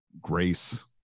grace